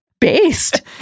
based